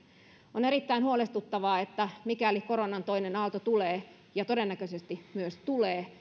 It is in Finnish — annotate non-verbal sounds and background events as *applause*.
on erittäin huolestuttavaa mikäli koronan toinen aalto tulee ja todennäköisesti myös tulee *unintelligible*